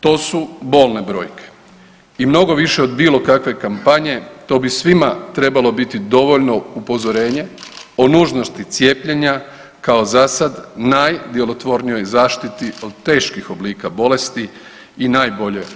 To su bolne brojke i mnogo više od bilo kakve kampanje, to bi svima trebalo biti dovoljno upozorenje o nužnosti cijepljenja kao zasad najdjelotvornijoj zaštiti od teških oblika bolesti i najbolje